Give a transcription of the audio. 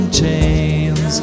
chains